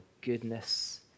goodness